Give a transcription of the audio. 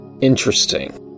interesting